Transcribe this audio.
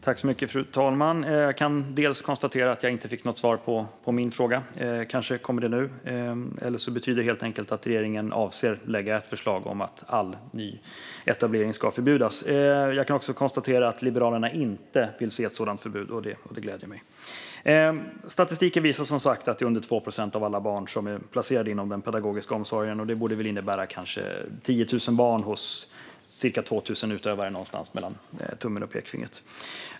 Fru talman! Jag konstaterar först att jag inte fick något svar på min fråga. Kanske kommer det nu, eller så betyder det helt enkelt att regeringen avser att lägga fram ett förslag om att all nyetablering ska förbjudas. Jag kan också konstatera att Liberalerna inte vill se ett sådant förbud, och det gläder mig. Statistiken visar som sagt att det är under 2 procent av alla barn som är placerade inom den pedagogiska omsorgen. Det borde väl innebära, mellan tummen och pekfingret, kanske 10 000 barn hos cirka 2 000 utövare.